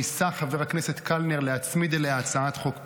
ניסה חבר הכנסת קלנר להצמיד אליה הצעת חוק פרטית.